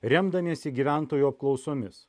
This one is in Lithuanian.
remdamiesi gyventojų apklausomis